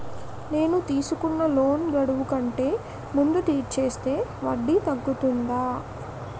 నేను తీసుకున్న లోన్ గడువు కంటే ముందే తీర్చేస్తే వడ్డీ తగ్గుతుందా?